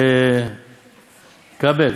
כבל,